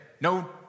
no